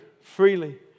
freely